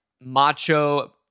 macho